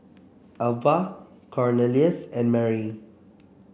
Alvah Cornelius and Marry